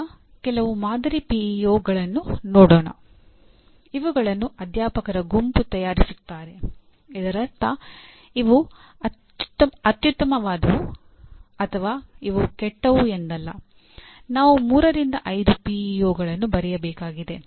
ಈಗ ಕೆಲವು ಮಾದರಿ ಪಿಇಒಗಳನ್ನು ತೋರಿಸಲಾಗಿದೆ